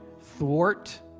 thwart